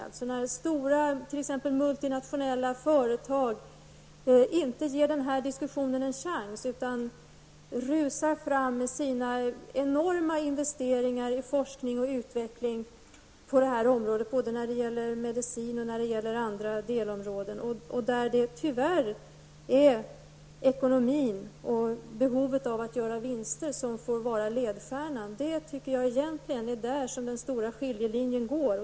Det händer ju t.ex. att stora multinationella företag inte ger den här diskussionen en chans, utan man rusar fram med enorma investeringar i forskning och utveckling på detta område när det gäller både medicin och andra delområden, där ekonomin och behovet av att göra vinster, tyvärr, får utgöra ledstjärnan. Jag tycker att det egentligen är där som den stora skiljelinjen går.